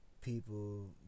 people